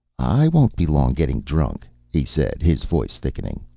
i won't be long getting drunk, he said, his voice thickening.